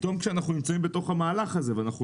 פתאום כשאנחנו נמצאים בתוך המהלך הזה ואנחנו